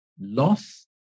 loss